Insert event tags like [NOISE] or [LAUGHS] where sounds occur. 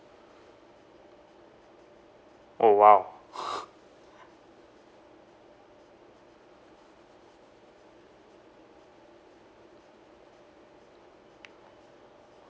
oh !wow! [LAUGHS]